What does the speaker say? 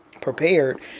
prepared